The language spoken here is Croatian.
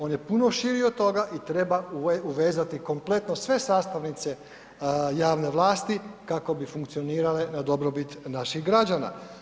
On je puno širi od toga i treba uvezati kompletno sve sastavnice javne vlasti kako bi funkcionirale na dobrobit naših građana.